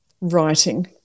Writing